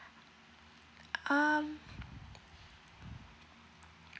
um